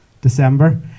December